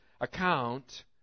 account